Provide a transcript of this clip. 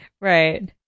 Right